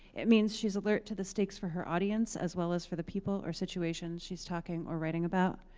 it means she is alert to the stakes for her audience, as well as for the people or situations she is talking or writing about.